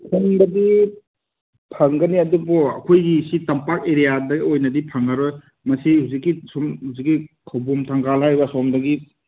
ꯐꯪꯕꯗꯤ ꯐꯪꯒꯅꯤ ꯑꯗꯨꯕꯨ ꯑꯩꯈꯣꯏꯒꯤ ꯁꯤ ꯇꯝꯄꯥꯛ ꯑꯦꯔꯤꯌꯥꯗ ꯑꯣꯏꯅꯗꯤ ꯐꯪꯉꯔꯣꯏ ꯃꯁꯤ ꯍꯧꯖꯤꯛꯀꯤ ꯁꯨꯝ ꯍꯧꯖꯤꯛꯀꯤ ꯈꯧꯕꯨꯝ ꯊꯪꯒꯥꯜ ꯍꯥꯏꯔꯤꯕ ꯑꯁꯣꯝꯗꯒꯤ